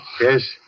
Yes